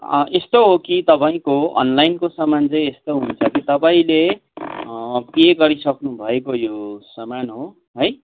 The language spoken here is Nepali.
यस्तो हो कि तपाईँको अनलाइनको सामान चाहिँ यस्तो हुन्छ कि तपाईँले पे गरिसक्नु भएको यो सामान हो है